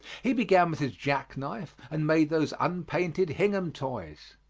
he began with his jack-knife, and made those unpainted hingham toys.